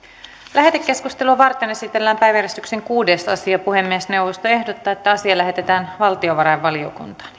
lähetekeskustelua varten esitellään päiväjärjestyksen kuudes asia puhemiesneuvosto ehdottaa että asia lähetetään valtiovarainvaliokuntaan